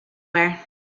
wear